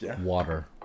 water